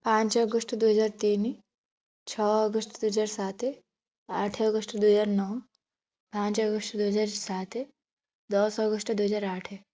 ପାଞ୍ଚ ଅଗଷ୍ଟ ଦୁଇହଜାର ତିନି ଛଅ ଅଗଷ୍ଟ ଦୁଇହଜାର ସାତ ଆଠ ଅଗଷ୍ଟ ଦୁଇହଜାର ନଅ ପାଞ୍ଚ ଅଗଷ୍ଟ ଦୁଇହଜାର ସାତ ଦଶ ଅଗଷ୍ଟ ଦୁଇହଜାର ଆଠ